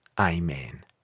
Amen